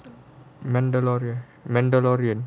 mandatory mandatory and